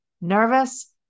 nervous